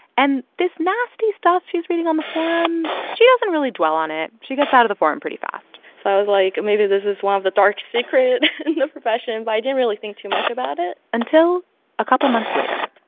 and this nasty stuff she's reading on the forum, she doesn't really dwell on it. she gets out of the forum pretty fast so i was like, maybe this is one of the dark secret in the profession, but i didn't really think too much about it until a couple months later.